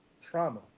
trauma